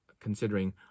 considering